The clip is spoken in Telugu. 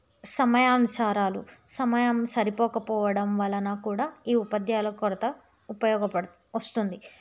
సమయానుసారాలు సమయం సరిపోకపోవడం వలన కూడా ఈ ఉపాధ్యాయుల కొరత ఉపయోగపడుతుంది వస్తుంది